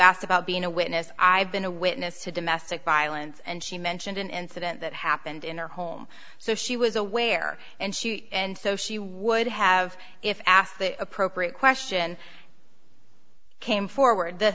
asked about being a witness i've been a witness to domestic violence and she mentioned an incident that happened in her home so she was aware and shoot and so she would have if asked the appropriate question came forward the